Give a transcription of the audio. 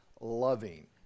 loving